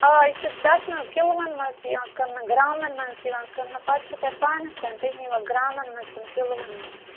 آ یہِ چھِ تتھ منٛز کِلوَن منٛز تہِ یِوان کٕننہٕ گرٛامَن منٛز تہِ یِوان کٕننہٕ پَتہٕ چھُ تۄہہِ پانَس تانۍ تُہۍ نِیِوا گرٛامَن منٛز کِنہٕ کِلوَن منٛز